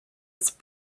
its